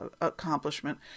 accomplishment